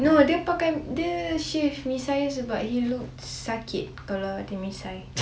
no dia pakai dia shave dia misainya pasal he look sakit kalau ada misai